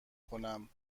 کنم